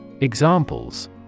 Examples